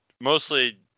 mostly